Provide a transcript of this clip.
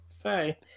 say